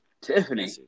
Tiffany